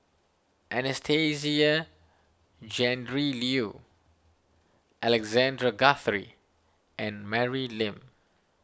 Anastasia Tjendri Liew Alexander Guthrie and Mary Lim